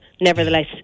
nevertheless